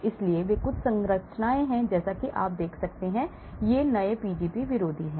इसलिए ये कुछ संरचनाएं हैं जैसा कि आप देख सकते हैं और ये नए Pgp विरोधी हैं